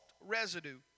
residue